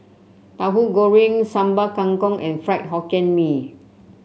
Tahu Goreng Sambal Kangkong and Fried Hokkien Mee